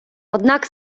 однак